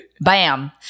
Bam